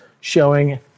showing